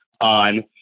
on